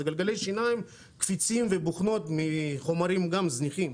זה גלגלי שיניים קפיציים ובוכנות מחומרים זניחים.